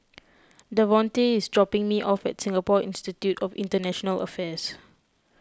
Davonte is dropping me off at Singapore Institute of International Affairs